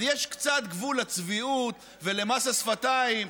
אז יש קצת גבול לצביעות ולמס השפתיים.